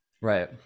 Right